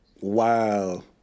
Wow